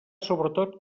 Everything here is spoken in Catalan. sobretot